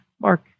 mark